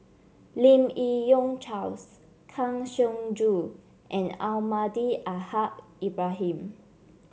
Lim Yi Yong Charles Kang Siong Joo and Almahdi Al Haj Ibrahim